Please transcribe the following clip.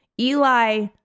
Eli